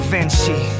Vinci